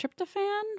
tryptophan